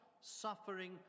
suffering